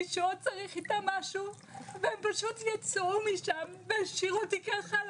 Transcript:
מישהו עוד צריך יתקע משהו והם פשוט יצאו משם והשאירו אותי ככה על